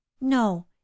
no